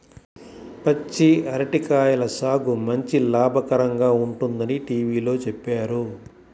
పచ్చి అరటి కాయల సాగు మంచి లాభకరంగా ఉంటుందని టీవీలో చెప్పారు